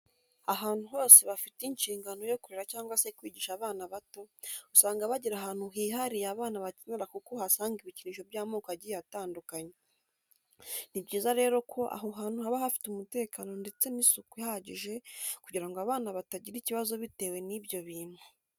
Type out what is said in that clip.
Ahantu hose bafite inshingano yo kurera cyangwa se kwigisha abana bato, usanga bagira ahantu hihariye abana bakinira kuko uhasanga ibikinisho by’amoko agiye atandukanye. Ni byiza rero ko aho hantu haba hafite umutekano ndetse n’isuku ihagije kugira ngo abana batagira ikibazo bitewe n’ibyo bintu.